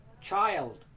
Child